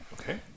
okay